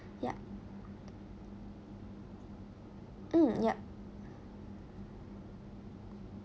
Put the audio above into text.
yup mm yup